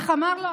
איך אמרנו?